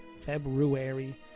February